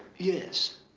yes